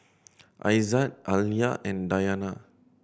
Aizat Alya and Dayana